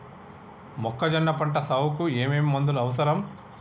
మొక్కజొన్న పంట సాగుకు ఏమేమి మందులు అవసరం?